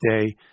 day